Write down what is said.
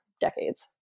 decades